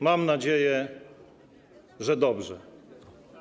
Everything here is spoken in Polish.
Mam nadzieję, że dobrze.